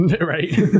Right